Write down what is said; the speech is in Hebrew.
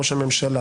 ראש הממשלה,